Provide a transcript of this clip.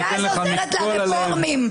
ש"ס עוזרת לרפורמים.